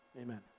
amen